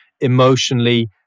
emotionally